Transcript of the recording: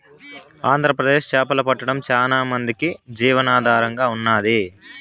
ఆంధ్రప్రదేశ్ చేపలు పట్టడం చానా మందికి జీవనాధారంగా ఉన్నాది